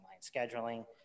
scheduling